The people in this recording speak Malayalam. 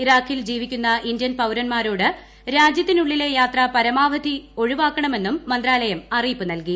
ഇറാഖിൽ ജീവിക്കുന്ന ഇന്ത്യൻ പൌരൻമാരോട് രാജ്യത്തിനുള്ളിലെ യാത്ര പരമാവധി ഒഴിവാക്കണമെന്നും മന്ത്രാലയം അറിയിപ്പ് നൽകി